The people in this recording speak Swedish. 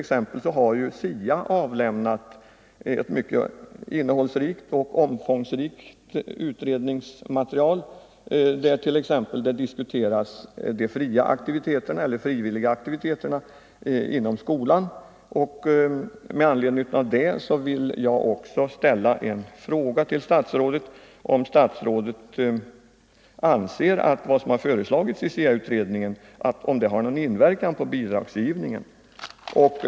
Sålunda har SIA avlämnat ett mycket innehållsrikt och omfångsrikt utredningsmaterial, där t.ex. de frivilliga aktiviteterna inom skolan diskuteras. I anledning därav vill jag ställa en fråga till statsrådet. Anser statsrådet att vad som har föreslagits i SIA utredningen har någon inverkan på bidragsgivningen?